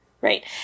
right